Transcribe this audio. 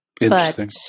Interesting